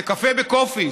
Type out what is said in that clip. זה קפה בקופי'ס.